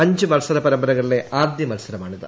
അഞ്ച് മൽസര പരമ്പരകളിലെ ആദ്യ മൽസരമാണിത്